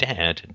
Dad